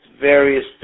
various